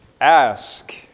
Ask